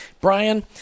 Brian